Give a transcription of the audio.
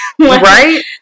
Right